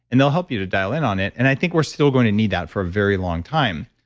and they'll help you to dial in on it. and i think we're still going to need that for a very long time,